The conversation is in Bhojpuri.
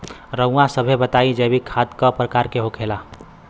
रउआ सभे बताई जैविक खाद क प्रकार के होखेला?